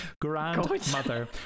Grandmother